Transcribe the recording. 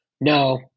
no